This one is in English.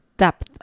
depth